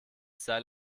seil